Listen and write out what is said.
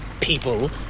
people